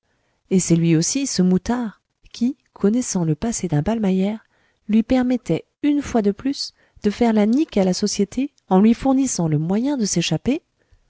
et c'est lui aussi ce moutard qui connaissant le passé d'un ballmeyer lui permettait une fois de plus de faire la nique à la société en lui fournissant le moyen de s'échapper